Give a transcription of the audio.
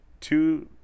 two